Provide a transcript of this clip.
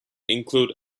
include